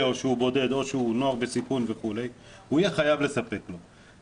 או שהוא בודד או שהוא נוער בסיכון וכו' הוא יהיה חייב לספק לו.